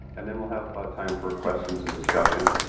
and then we'll have time for questions and discussion.